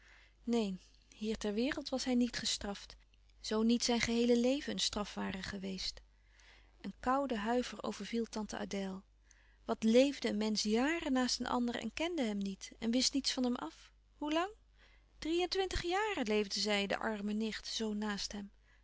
neen hier ter wereld was hij niet gestraft zoo niet zijn geheele leven een straf ware geweest een koude huiver overviel tante adèle wat leefde een mensch jaren naast een ander en kende hem niet en wist niets van hem af hoe lang drie-en-twintig jaren leefde zij de arme nicht zoo naast hem